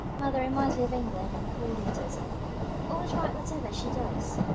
mother reminds me of england according to herself always right whatever she does.